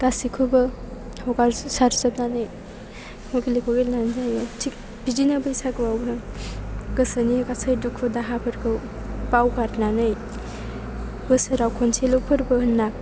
गासैखौबो हगारसार जोबनानै हलिखौ गेलेनाय जायो थिग बिदिनो बैसागुआवबो गोसोनि गासै दुखु दाहाफोरखौ बावगारनानै बोसोराव खनसेल' फोरबो होनना